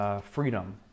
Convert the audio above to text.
freedom